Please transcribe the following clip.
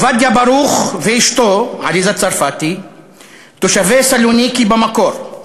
עובדיה ברוך ואשתו עליזה צרפתי תושבי סלוניקי במקור.